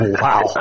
Wow